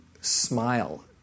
smile